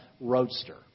Roadster